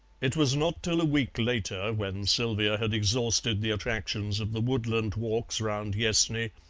it was not till a week later, when sylvia had exhausted the attractions of the woodland walks round yessney,